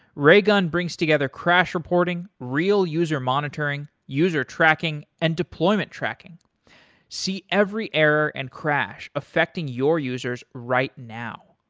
raygun brings together crash reporting, real user monitoring, user tracking and deployment tracking see every error and crash affecting your users right now.